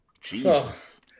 Jesus